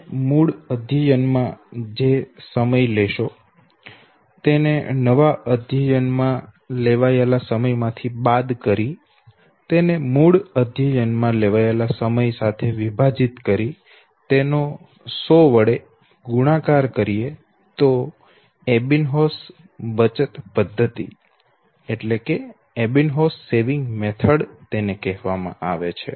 તમે મૂળ અધ્યયન માં જે સમય લેશો તેને નવા અધ્યયન માં લેવાયેલા સમય માંથી બાદ કરી તેને મૂળ અધ્યયન માં લેવાયેલા સમય વિભાજિત કરી તેનો 100 દ્વારા ગુણાકાર કરીએ તેને એબિન્હોસ બચત પદ્ધતિ કહેવામાં આવે છે